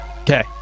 Okay